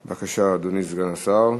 בבקשה, אדוני סגן השר.